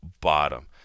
bottom